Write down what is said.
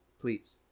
Please